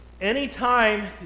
Anytime